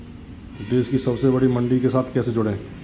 देश की सबसे बड़ी मंडी के साथ कैसे जुड़ें?